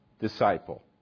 disciple